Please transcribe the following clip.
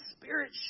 Spirit